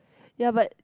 ya but